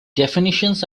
definitions